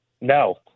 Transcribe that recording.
No